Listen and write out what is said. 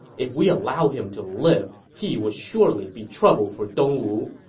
if we allow him to live, he would surely be trouble for dongwu.